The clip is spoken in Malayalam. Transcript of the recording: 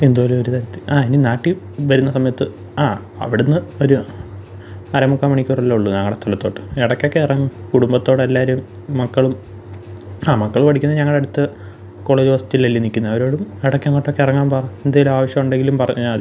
എന്തോരൊരു തരത്തിൽ ആ ഇനി നാട്ടിൽ വരുന്ന സമയത്ത് ആ അവിടെ നിന്ന് ഒരു അരമുക്കാൽ മണിക്കൂറല്ലേ ഉള്ളൂ ഞങ്ങളുടെ സ്ഥലത്തോട്ട് ഇടക്കൊക്കെ ഇറങ്ങ് കുടുംബത്തോടെല്ലാവരും മക്കളും ആ മക്കൾ പഠിക്കുന്ന ഞങ്ങളടുത്ത് കോളേജ് ഹോസ്റ്റലിലല്ലേ നിൽക്കുന്നേ അവരോടും ഇടക്കങ്ങോട്ടൊക്കിറങ്ങാൻ വാ എന്തെലാവശ്യമുണ്ടെങ്കിലും പറഞ്ഞാൽ മതി